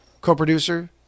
co-producer